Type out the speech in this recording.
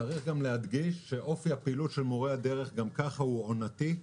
צריך להדגיש שאופי הפעילות של מורי הדרך גם כך הוא עונתי,